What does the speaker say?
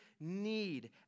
need